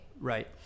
Right